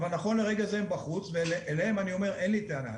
נכון לרגע זה הם בחוץ, ואליהם אין לי טענה.